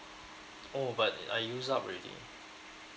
oh but I use up already